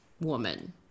woman